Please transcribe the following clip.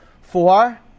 Four